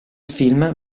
film